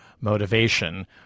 motivation